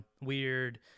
weird